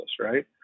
right